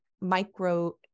micro